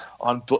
on